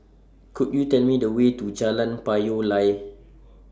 Could YOU Tell Me The Way to Jalan Payoh Lai